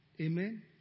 Amen